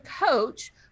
coach